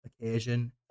occasion